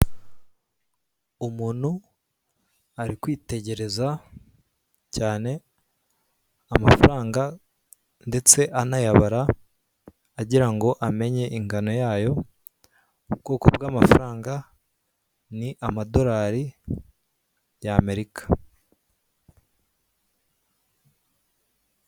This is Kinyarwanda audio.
Umuntu ari kwitegereza cyane amafaranga ndetse anayabara, agira ngo amenye ingano yayo ubwoko bw'amafaranga ni amadorari y'America.